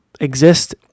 exist